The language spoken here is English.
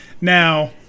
Now